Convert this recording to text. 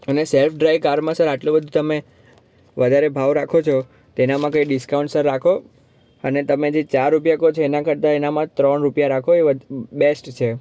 અને self drive કારમાં sir આટલું બધું તમે વધારે ભાવ રાખો છો તેનામાં કંઈ ડિસ્કાઉન્ટ સર રાખો અને તમે જે ચાર રૂપિયા કહો છો એના કરતાં એનામાં ત્રણ રૂપિયા રાખો એ વ બેસ્ટ છે